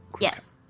Yes